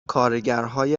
کارگرهای